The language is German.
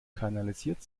kanalisiert